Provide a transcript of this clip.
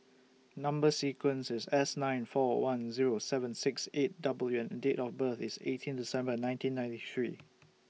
Number sequence IS S nine four one Zero seven six eight W and Date of birth IS eighteen December nineteen ninety three